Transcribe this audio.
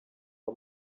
the